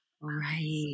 Right